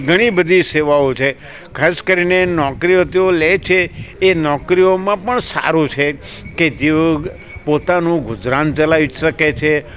ઘણી બધી સેવાઓ છે ખાસ કરીને નોકરીઓ તેઓ લે છે એ નોકરીઓમાં પણ સારું છે કે જેઓ પોતાનું ગુજરાન ચલાવી શકે છે